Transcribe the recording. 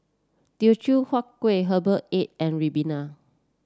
Teochew Huat Kueh Herbal Egg and ribena